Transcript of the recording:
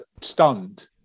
stunned